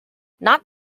not